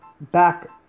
back